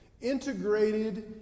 integrated